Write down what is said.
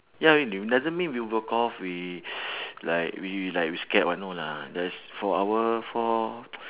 ya we doesn't mean we walk off we like we we like we scared or no lah there's for our for